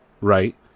Right